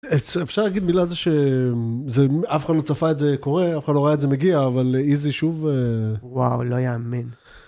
אפשר להגיד מילה על זה שאף אחד לא צפה את זה קורה אף אחד לא ראה את זה מגיע אבל איזי שוב... וואו לא יאמן.